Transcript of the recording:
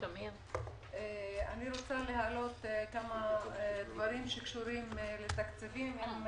אני רוצה להעלות כמה דברים שקשורים לתקציבים.